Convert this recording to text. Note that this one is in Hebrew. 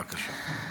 בבקשה.